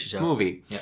movie